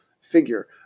figure